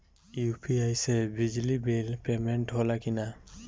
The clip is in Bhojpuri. यू.पी.आई से बिजली बिल पमेन्ट होला कि न?